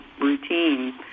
routine